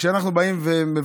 שאני חש את ההצבעות, השעונים.